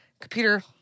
computer